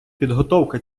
підготовка